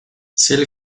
sel